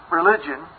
religion